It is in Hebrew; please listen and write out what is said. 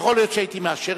יכול להיות שהייתי מאשר,